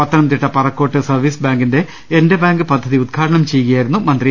Pathanamthitta Parakkode service ബാങ്കിന്റെ എന്റെ bank പദ്ധതി ഉദ്ഘാ ടനം ചെയ്യുകയായിരുന്നു മന്ത്രി